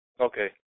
okay